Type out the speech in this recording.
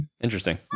Interesting